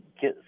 get